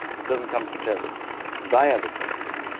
it doesn't come from terrorists they are the terrorists.